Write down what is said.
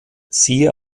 siehe